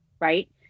right